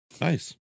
Nice